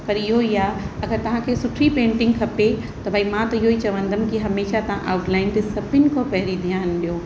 पर इहो ई आहे अगरि तव्हांखे सुठी पेंटिंग खपे त भई मां त इहो ई चवंदमि कि हमेशह तव्हां आउटलाइन ते सभिनी खां पहिरीं ध्यानु ॾियो